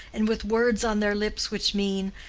and with words on their lips which mean,